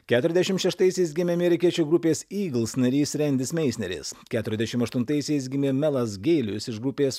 keturiasdešimt šeštaisiais gimė amerikiečių grupės ygls narys rendis meinsneris keturiasdešimt aštuntaisiais gimė melas geilius iš grupės